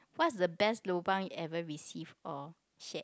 what's the best lobang you ever received or shared